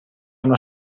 una